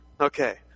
Okay